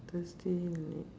thursday late